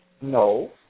No